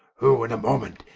who in a moment,